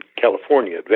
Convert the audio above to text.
California